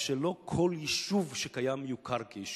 שלא כל יישוב שקיים יוכר כיישוב.